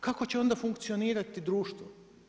Kako će onda funkcionirati društvo?